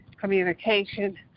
communication